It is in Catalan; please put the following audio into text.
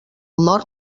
nord